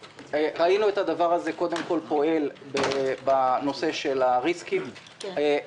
ראינו את הדבר הזה קודם כול פועל בנושא של הריסקים ויש